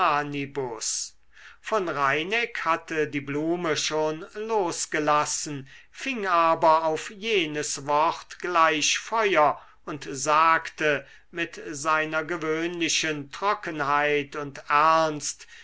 von reineck hatte die blume schon losgelassen fing aber auf jenes wort gleich feuer und sagte mit seiner gewöhnlichen trockenheit und ernst